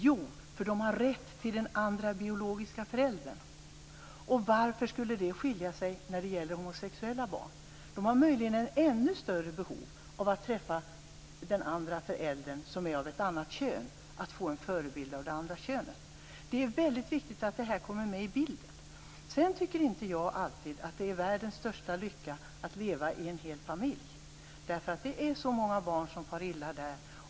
Jo, för att barnen har rätt till den andra biologiska föräldern. Och varför skulle det vara annorlunda när det gäller barn till homosexuella? De har möjligen ett ännu större behov av att träffa den andra föräldern av ett annat kön och få en förebild av det könet. Det är väldigt viktigt att detta kommer med i bilden. Sedan tycker inte jag alltid att det är världens största lycka att leva i en hel familj. Det är så många barn som far illa i familjer.